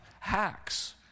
hacks